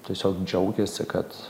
tiesiog džiaugiasi kad